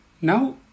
now